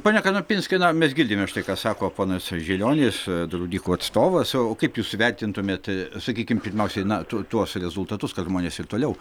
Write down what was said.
pone kanapinskai na mes girdime štai ką sako ponas žilionis draudikų atstovas o kaip jūs vertintumėt sakykim pirmiausiai na tu tuos rezultatus kad žmonės ir toliau